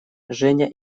женя